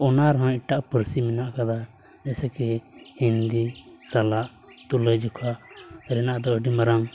ᱚᱱᱟ ᱨᱮᱦᱚᱸ ᱮᱴᱟᱜ ᱯᱟᱹᱨᱥᱤ ᱢᱮᱱᱟᱜ ᱟᱠᱟᱫᱟ ᱡᱮᱭᱥᱮ ᱠᱤ ᱦᱤᱱᱫᱤ ᱥᱟᱞᱟᱜ ᱛᱩᱞᱟᱹᱼᱡᱚᱠᱷᱟ ᱨᱮᱱᱟᱜ ᱫᱚ ᱟᱹᱰᱤ ᱢᱟᱨᱟᱝ